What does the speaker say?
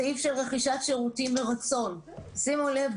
סעיף של רכישת שירותים מרצון שימו לב,